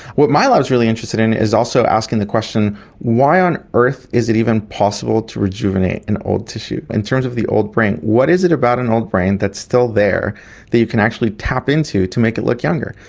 what my lab it is really interested in is also asking the question why on earth is it even possible to rejuvenate an old tissue? in terms of the old brain, what is it about an old brain that is still there that you can actually tap into to make it look younger?